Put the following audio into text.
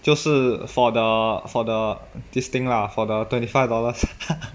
就是 for the for the this thing lah for the twenty five dollars